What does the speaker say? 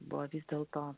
buvo vis dėlto